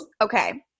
Okay